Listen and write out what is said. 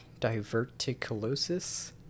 diverticulosis